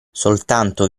soltanto